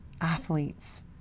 athletes